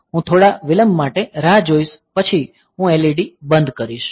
હું થોડા વિલંબ માટે રાહ જોઈશ પછી હું LED બંધ કરીશ